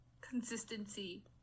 consistency